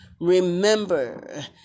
remember